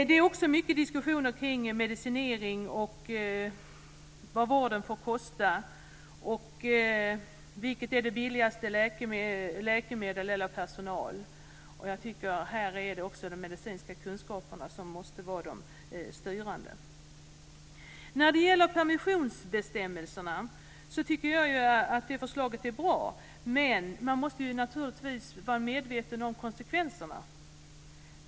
Det är också mycket diskussioner kring medicinering och vad vården får kosta, vilket som är det billigaste läkemedlet eller vilken personal som är billigast. Också här är det de medicinska kunskaperna som måste vara det styrande. Jag tycker att förslaget om permissionsbestämmelserna är bra. Men man måste naturligtvis vara medveten om konsekvenserna.